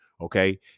okay